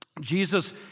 Jesus